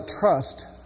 trust